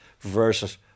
versus